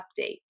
update